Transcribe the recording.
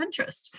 Pinterest